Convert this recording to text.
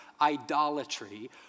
idolatry